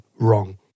wrong